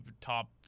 top